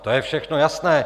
To je všechno jasné.